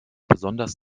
besonders